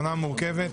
שנה מורכבת,